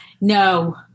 No